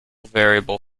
variable